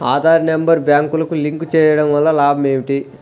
Aadhaar number బ్యాంక్నకు link చేయుటవల్ల లాభం ఏమిటి?